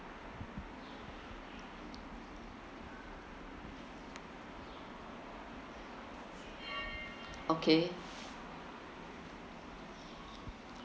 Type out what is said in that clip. okay